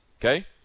Okay